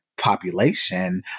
population